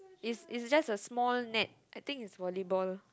is is just a small net I think is volleyball